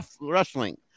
wrestling